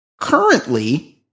currently –